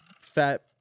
fat